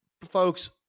folks